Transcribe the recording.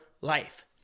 life